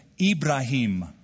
Ibrahim